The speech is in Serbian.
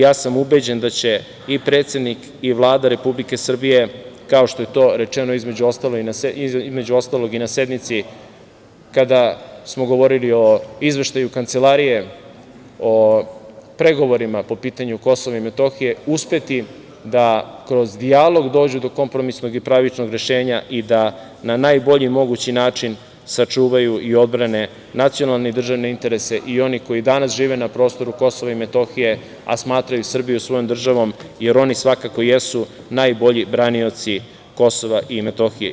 Ja sam ubeđen da će i predsednik i Vlada Republike Srbije, kao što je to rečeno, između ostalog i na sednici, kada smo govorili o Izveštaju Kancelarije o pregovorima po pitanju Kosova i Metohije, uspeti da kroz dijalog dođu do kompromisnog i pravičnog rešenja i da na najbolji mogući način sačuvaju i odbrane nacionalne i državne interese i oni koji danas žive na prostoru Kosova i Metohije, a smatraju Srbiju svojom državom, jer oni svakako jesu najbolji branioci Kosova i Metohije.